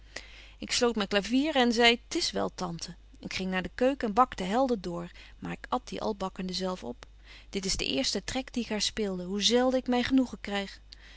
ik sloot myn clavier en zei t is wel tante ik ging naar de keuken en bakte helder door maar ik at die al bakkende zelf op dit is de eerste trek die ik haar speelde hoe zelden ik myn genoegen kryg